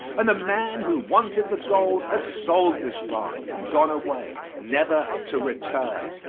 and the man who wanted the gold had sold this ranch and gone away, never to return.